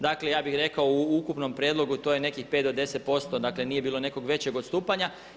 Dakle ja bih rekao u ukupnom prijedlogu to je nekih 5 do 10%, dakle nije bilo nekog većeg odstupanja.